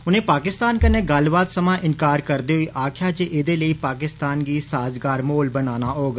उनें पाकिस्तान कन्नै गल्लबात समां इंकार करदे होई आक्खेआ ऐ जे एहदे लेई पाकिस्तान गी साजगार माहौल बनाना होग